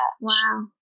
Wow